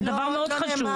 זה דבר מאוד חשוב.